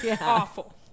awful